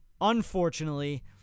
Unfortunately